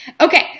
Okay